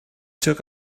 took